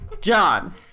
John